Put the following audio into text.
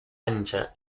ancha